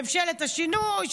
ממשלת השינוי,